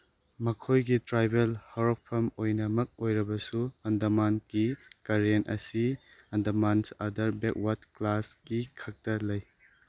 ꯃꯈꯣꯏꯒꯤ ꯇꯔꯥꯏꯕꯦꯜ ꯍꯧꯔꯛꯐꯝ ꯑꯣꯏꯅꯃꯛ ꯑꯣꯏꯔꯕꯁꯨ ꯑꯟꯗꯃꯥꯟꯒꯤ ꯀꯔꯦꯟ ꯑꯁꯤ ꯑꯟꯗꯃꯥꯟꯁ ꯑꯥꯗꯔ ꯕꯦꯛꯋꯥꯔꯠ ꯀ꯭ꯂꯥꯁꯀꯤ ꯈꯛꯇ ꯂꯩ